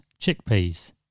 chickpeas